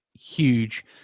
huge